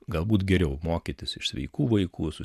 galbūt geriau mokytis iš sveikų vaikų su